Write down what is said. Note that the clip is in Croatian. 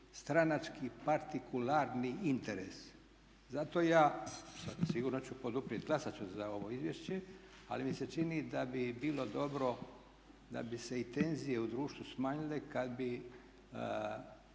stranački partikularni interes. Zato ja, sigurno ću poduprijeti, glasati ću za ovo izvješće, ali mi se čini da bi bilo dobro, da bi se i tenzije u društvu smanjile kada bi